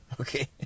okay